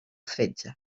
fetge